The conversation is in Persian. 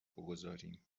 بگذاریم